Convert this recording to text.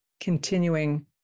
continuing